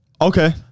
Okay